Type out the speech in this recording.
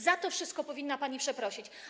Za to wszytko powinna pani przeprosić.